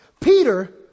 Peter